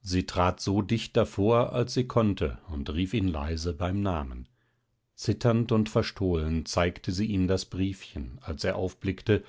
sie trat so dicht davor als sie konnte und rief ihn leise beim namen zitternd und verstohlen zeigte sie ihm das briefchen als er aufblickte